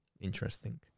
interesting